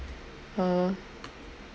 uh